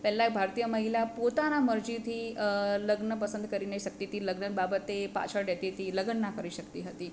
પહેલાં ભારતીય મહિલા પોતાની મરજીથી લગ્ન પસંદ કરી ન શકતી હતી લગ્ન બાબતે પાછળ રહેતી હતી લગ્ન ન કરી શકતી હતી